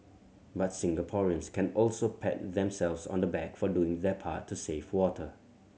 but Singaporeans can also pat themselves on the back for doing their part to save water